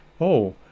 Oh